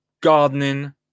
gardening